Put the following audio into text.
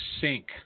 sink